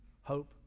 hope